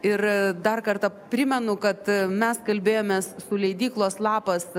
ir dar kartą primenu kad mes kalbėjomės su leidyklos lapas